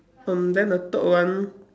um then the third one